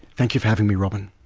thank you for having me robyn.